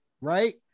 right